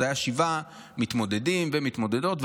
היו שבעה מתמודדים ומתמודדות,